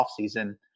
offseason